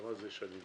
כמה זה שנים?